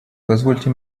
позвольте